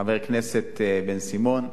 חבר הכנסת בן-סימון,